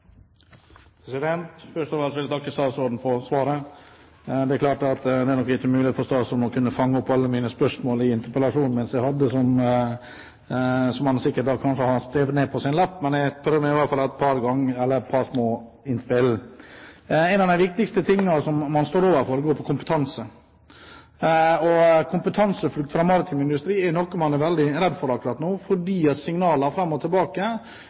der. Først av alt vil jeg takke statsråden for svaret. Det er klart at det er ikke mulig for statsråden å fange alle spørsmålene som jeg hadde i interpellasjonen, og som han kanskje har skrevet ned på en lapp. Men jeg prøver meg med et par små innspill. Noe av det viktigste man står overfor, er kompetanse. Kompetanseflukt fra maritim industri er noe man er veldig redd for akkurat nå, fordi signaler fram og tilbake